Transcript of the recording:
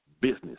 business